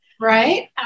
Right